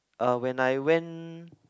uh when I went